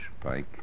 Pike